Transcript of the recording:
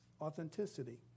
authenticity